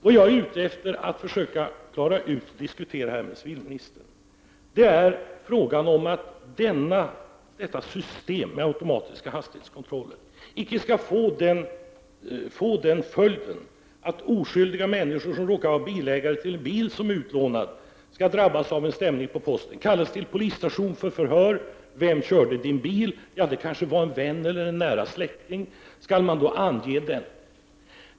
Vad jag är ute efter att försöka diskutera med civilministern är frågan att detta system med automatisk hastighetskontroll inte skall få den följden att oskyldiga människor som råkar vara ägare till en bil som är utlånad skall drabbas av att få en stämning med posten och kallas till polisstation för förhör: Vem körde din bil? Ja, det kanske var en vän eller en nära släkting. Skall man ange dessa?